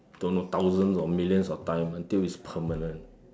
don't know thousand or millions of times until it's permanent